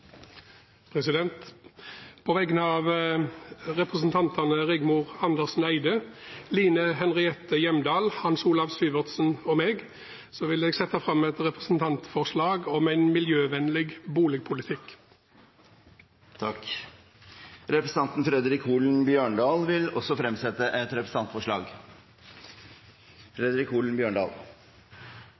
På vegne av representantene Rigmor Andersen Eide, Line Henriette Hjemdal, Hans Olav Syversen og meg selv vil jeg sette fram et representantforslag om en miljøvennlig boligpolitikk. Representanten Fredric Holen Bjørdal vil også fremsette et representantforslag.